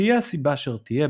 תהיה הסבה אשר תהיה,